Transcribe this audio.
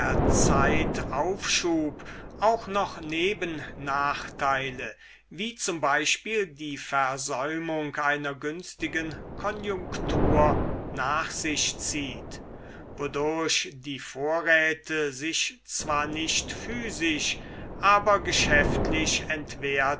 zeitaufschub auch noch nebennachteile wie z b die versäumung einer günstigen konjunktur nach sich zieht wodurch die vorräte sich zwar nicht physisch aber geschäftlich